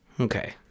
Okay